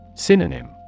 Synonym